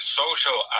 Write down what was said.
social